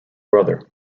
brother